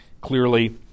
Clearly